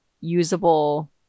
usable